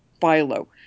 Philo